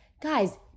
guys